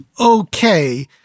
Okay